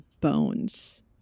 bones